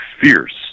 fierce